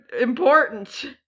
important